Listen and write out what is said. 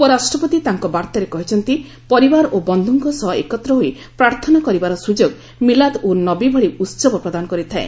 ଉପରାଷ୍ଟ୍ରପତି ତାଙ୍କ ବାର୍ତ୍ତାରେ କହିଛନ୍ତି ପରିବାର ଓ ବନ୍ଧୁଙ୍କ ସହ ଏକତ୍ର ହୋଇ ପ୍ରାର୍ଥନା କରିବାର ସୁଯୋଗ ମିଲାଦ ଉନ୍ ନବୀ ଭଳି ଉତ୍ସବ ପ୍ରଦାନ କରିଥାଏ